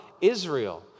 Israel